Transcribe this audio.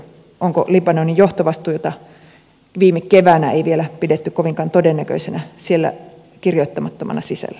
onko libanonin johtovastuita viime keväänä ei vielä pidetty kovinkaan todennäköisenä siellä kirjoittamattomana sisällä